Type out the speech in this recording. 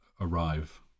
arrive